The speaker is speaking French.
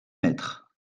mètres